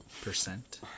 percent